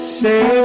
say